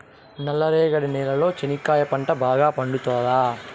నల్ల రేగడి నేలలో చెనక్కాయ పంట బాగా పండుతుందా?